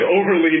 overly